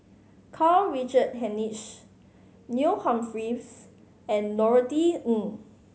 Karl Richard Hanitsch Neil Humphreys and Norothy Ng